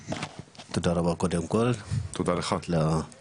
תודה רבה קודם כל, בהצלחה לתפקידך.